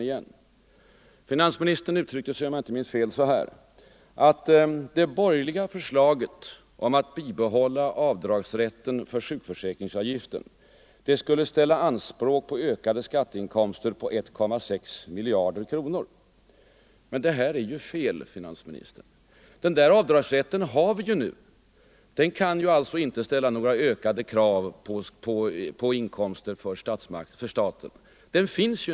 Om jag inte minns fel yttrade finansministern ungefär följande: Det borgerliga förslaget om att bibehålla avdragsrätten för sjukförsäkringsavgiften skulle ställa anspråk på ökade skatteinkomster på 1,6 miljarder kronor. Men det är ju fel, herr finansminister. Den avdragsrätten har vi ju för närvarande. Den kan alltså inte ställa ökade krav på inkomster för staten.